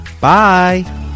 Bye